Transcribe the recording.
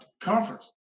conference